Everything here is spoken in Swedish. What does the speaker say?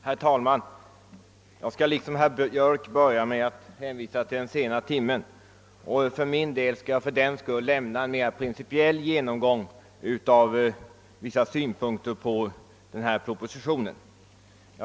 Herr talman! I likhet med herr Björck i Nässjö hänvisar jag till den sena timmen och avstår därför från principiella synpunkter på propositionen.